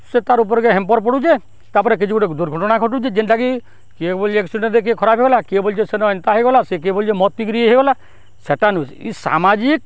ସେ ତାର୍ ଉପର୍କେ ହେମ୍ପର୍ ପଡ଼ୁେଛେ ତା'ପରେ କିଛି ଗୁଟେ ଦୁର୍ଘଟଣା ଘଟୁଚେ ଯେନ୍ଟା କିଏ ବୋଲୁଛେ ଏକ୍ସିଡେଣ୍ଟ୍ରେ ଖରାପ୍ ହିଗଲା କିଏ ବଲୁଛେ ସେନ ଏନ୍ତା ହେଇଗଲା କିଏ ବଲୁଛେ ମଦ୍ ପିଇ କରି ହେଇଗଲା ସେଟା ନୁହେଁ ଇ ସାମାଜିକ୍